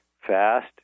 fast